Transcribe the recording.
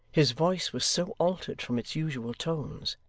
his voice was so altered from its usual tones,